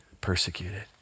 persecuted